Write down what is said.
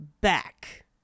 back